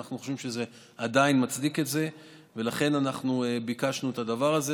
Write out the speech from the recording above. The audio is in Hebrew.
אנחנו חושבים שזה עדיין מצדיק את זה ולכן אנחנו ביקשנו את הדבר הזה.